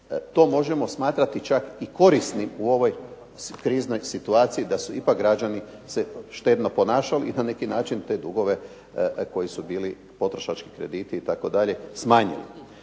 To možemo smatrati čak i korisnim u ovoj kriznoj situaciji da su ipak građani se štedno ponašali i na neki način te dugove koji su bili potrošački krediti itd. smanjeni.